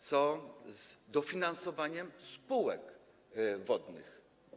Co z dofinansowaniem spółek wodnych?